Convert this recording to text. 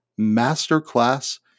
masterclass